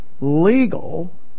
legal